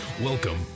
Welcome